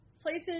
Places